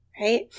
right